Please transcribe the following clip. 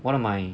one of my